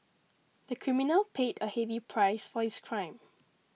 the criminal paid a heavy price for his crime